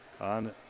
on